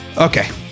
Okay